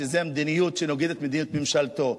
וזו מדיניות שנוגדת את מדיניות ממשלתו,